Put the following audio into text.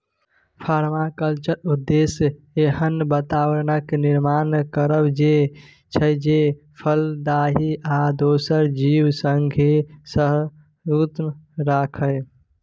परमाकल्चरक उद्देश्य एहन बाताबरणक निर्माण करब छै जे फलदायी आ दोसर जीब संगे सहिष्णुता राखय